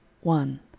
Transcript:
one